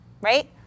right